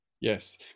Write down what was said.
Yes